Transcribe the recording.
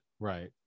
Right